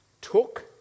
took